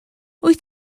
wyt